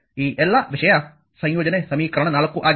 ಈ ಎಲ್ಲಾ ವಿಷಯ ಸಂಯೋಜನೆ ಸಮೀಕರಣ 4 ಆಗಿದೆ